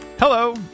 Hello